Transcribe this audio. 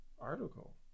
article